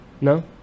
No